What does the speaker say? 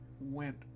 went